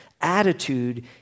Attitude